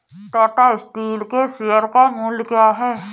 Tata steel के share का मूल्य क्या है?